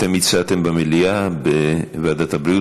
אתם הצעתם במליאה, ובוועדת הבריאות.